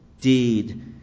deed